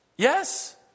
yes